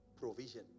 provision